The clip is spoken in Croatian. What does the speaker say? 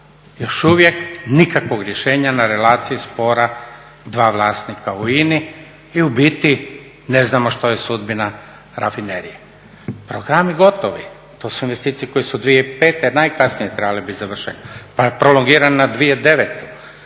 Još uvijek nikakvog rješenja na relaciji spora dva vlasnika u INA-i i u biti ne znamo što je sudbina rafinerije. Programi gotovi, to su investicije koje su 2005. najkasnije trebale biti završene pa je prolongirane na 2009., pa su